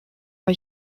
war